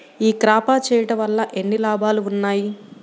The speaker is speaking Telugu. ఈ క్రాప చేయుట వల్ల ఎన్ని లాభాలు ఉన్నాయి?